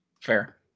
Fair